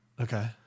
Okay